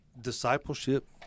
discipleship